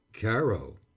Caro